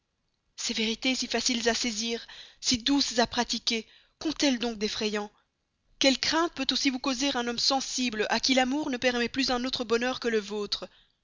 ces vérités si faciles à saisir si douces à pratiquer quont elles donc d'effrayant quelles craintes peut aussi vous causer un homme sensible à qui l'amour ne permet plus un autre bonheur que le vôtre